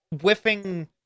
whiffing